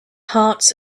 hearts